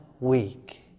week